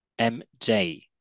MJ